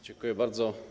Dziękuję bardzo.